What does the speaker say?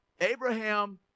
Abraham